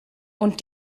und